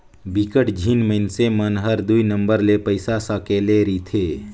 बिकट झिन मइनसे मन हर दुई नंबर ले पइसा सकेले रिथे